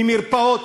ממרפאות,